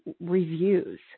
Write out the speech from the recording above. reviews